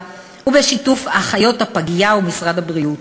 ובשיתוף אחיות הפגייה ומשרד הבריאות.